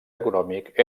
econòmic